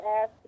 ask